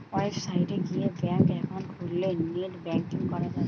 website গিয়ে bank account খুললে net banking করা যায়